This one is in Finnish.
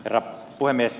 herra puhemies